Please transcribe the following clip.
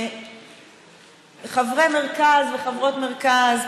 חברי מרכז וחברות מרכז,